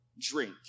drink